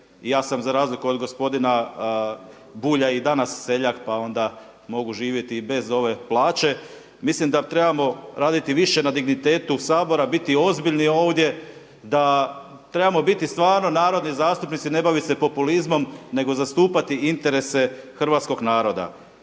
ja sam za razliku od gospodina Bulja i danas seljak, pa onda mogu živjeti i bez ove plaće. Mislim da trebamo raditi više na dignitetu Sabora, biti ozbiljni ovdje, da trebamo biti stvarno narodni zastupnici, ne bavit se populizmom, nego zastupati interese hrvatskog naroda.